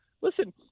Listen